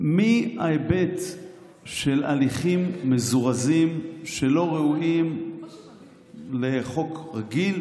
מההיבט של הליכים מזורזים שלא ראויים לחוק רגיל,